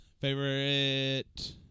favorite